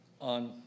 on